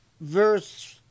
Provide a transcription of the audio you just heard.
verse